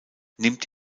nimmt